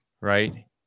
Right